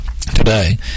today